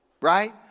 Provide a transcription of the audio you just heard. Right